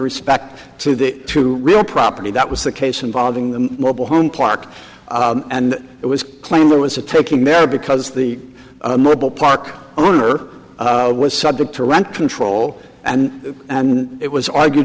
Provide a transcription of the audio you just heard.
respect to the two real property that was the case involving the mobile home park and it was claimed there was a token there because the mobile park owner was subject to rent control and and it was argue